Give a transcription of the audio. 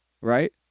Right